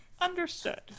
Understood